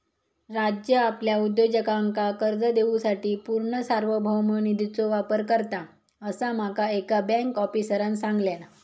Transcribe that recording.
राज्य आपल्या उद्योजकांका कर्ज देवूसाठी पूर्ण सार्वभौम निधीचो वापर करता, असा माका एका बँक आफीसरांन सांगल्यान